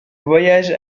voyage